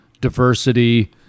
diversity